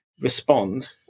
respond